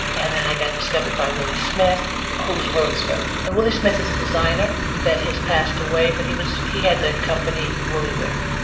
and then i got discovered by willi smith who's willi smith? and willi smith is a designer that has passed away, but he was he had the company williwear.